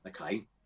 Okay